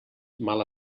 mala